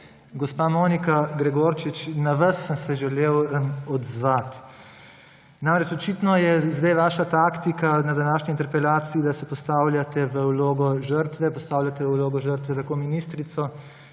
Gospa Monika Gregorčič, na vas sem se želel odzvati. Namreč, očitno je zdaj vaša taktika na današnji interpelaciji, da se postavljate v vlogo žrtve, postavljate v vlogo žrtve tako ministrico